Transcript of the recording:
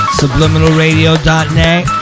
subliminalradio.net